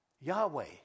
Yahweh